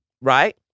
right